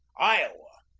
iowa,